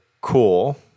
cool